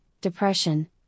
depression